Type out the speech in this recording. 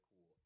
cool